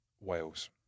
Wales